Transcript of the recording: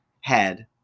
head